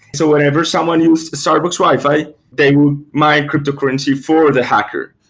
so whenever someone used a starbucks wi-fi, they would mine cryptocurrency for the hacker.